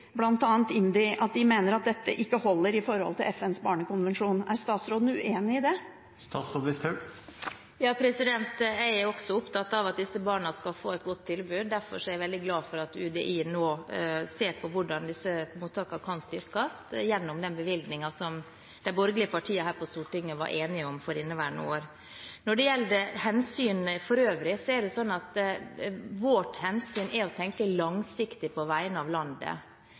de påpeker, bl.a. IMDi, at dette etter deres mening ikke holder i forhold til FNs barnekonvensjon. Er statsråden uenig i det? Jeg er også opptatt av at disse barna skal få et godt tilbud. Derfor er jeg veldig glad for at UDI nå ser på hvordan disse mottakene kan styrkes gjennom den bevilgningen som de borgerlige partiene her på Stortinget var enige om for inneværende år. Når det gjelder hensynene for øvrig, er det slik at vårt hensyn er å tenke langsiktig på vegne av landet.